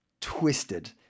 twisted